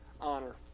honor